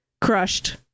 crushed